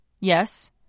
Yes